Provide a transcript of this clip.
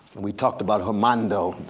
and we talked about hernando,